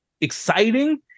exciting